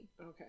Okay